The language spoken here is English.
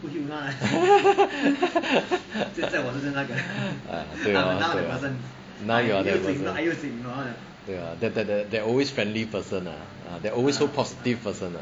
对 lor now you are the person 对 ah that that that always friendly person that always so positive person lah